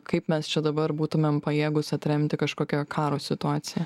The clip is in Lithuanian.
kaip mes čia dabar būtumėm pajėgūs atremti kažkokio karo situaciją